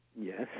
Yes